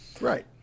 Right